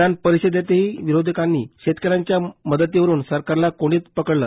विधान परिषदेतही विरोधकांनी शेतकऱ्यांच्या मदतीवरून सरकारला कोंडीत पकडलं